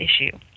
issue